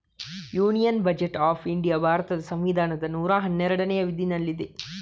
union budget of India ಭಾರತದ ಸಂವಿಧಾನದ ನೂರಾ ಹನ್ನೆರಡನೇ ವಿಧಿನಲ್ಲಿದೆ